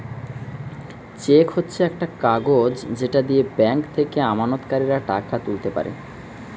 check হচ্ছে একটা কাগজ যেটা দিয়ে ব্যাংক থেকে আমানতকারীরা টাকা তুলতে পারে